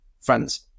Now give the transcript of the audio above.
friends